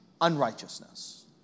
unrighteousness